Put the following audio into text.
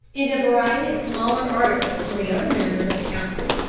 and a variety of smaller articles on the other members of the council,